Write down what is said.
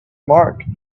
mark